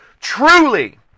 truly